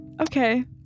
Okay